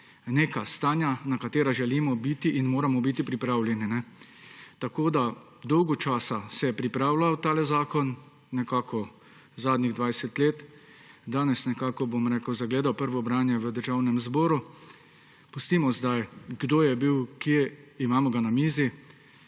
neka stanja, na katera želimo biti in moramo biti pripravljeni. Dolgo časa se je pripravljal tale zakon, nekako zadnjih 20 let, danes je nekako zagledal prvo branje v Državnem zboru. Pustimo zdaj, kdo je bil kje. Imamo ga na mizi.